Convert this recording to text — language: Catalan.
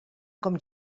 com